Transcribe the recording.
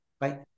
Bye